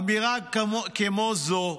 אמירה כמו זו,